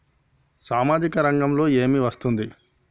సామాజిక రంగంలో ఏమి వస్తుంది?